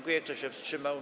Kto się wstrzymał?